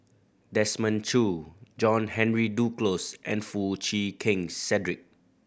Desmond Choo John Henry Duclos and Foo Chee Keng Cedric